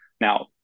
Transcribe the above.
Now